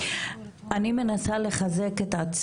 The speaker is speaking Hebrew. רק הערה